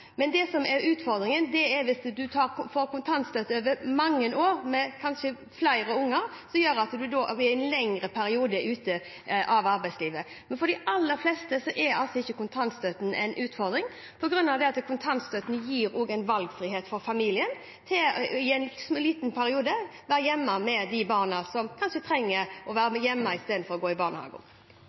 Det som er utfordringen, er at hvis en får kontantstøtte over mange år, med kanskje flere unger, er en i en lengre periode ute av arbeidslivet. Men for de aller fleste er ikke kontantstøtten en utfordring, for kontantstøtten gir også en valgfrihet for familien til i en liten periode å kunne være hjemme med de barna som kanskje trenger å være hjemme i stedet for å gå i barnehagen.